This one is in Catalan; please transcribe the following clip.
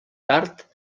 tard